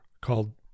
called